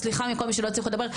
סליחה מכל מי שלא הצליחו לדבר,